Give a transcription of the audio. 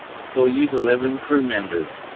soyuz eleven crew members